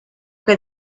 que